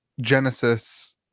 genesis